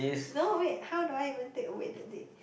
no wait how do I even take away the day